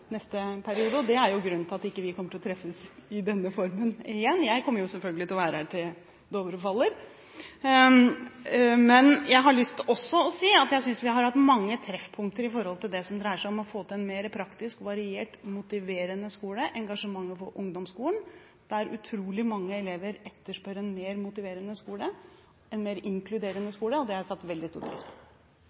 neste periode, og det er grunnen til at vi ikke kommer til å treffes i denne formen igjen. Jeg kommer selvfølgelig til å være her til Dovre faller. Jeg har også lyst til å si at jeg synes vi har hatt mange treffpunkter om det som dreier seg om å få til en mer praktisk, variert og motiverende skole, og engasjementet for ungdomsskolen, der utrolig mange elever etterspør en mer motiverende skole og en mer inkluderende skole. Det har jeg satt veldig pris på.